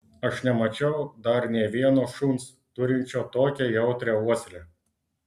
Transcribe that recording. aš nemačiau dar nė vieno šuns turinčio tokią jautrią uoslę